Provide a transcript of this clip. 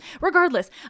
Regardless